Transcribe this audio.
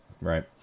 right